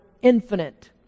infinite